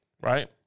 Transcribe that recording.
Right